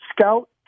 scout